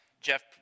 Jeff